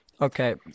Okay